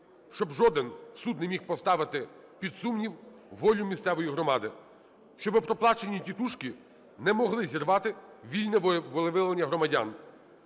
щоб жоден суд не міг поставити під сумнів волю місцевої громади, щоб проплачені "тітушки" не могли зірвати вільне волевиявлення громадян.